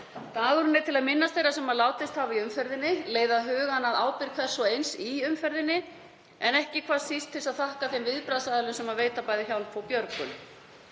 Dagurinn er til að minnast þeirra sem látist hafa í umferðinni, leiða hugann að ábyrgð hvers og eins í umferðinni, en ekki síst til þess að þakka þeim viðbragðsaðilum sem veita bæði hjálp og björgun.